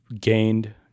gained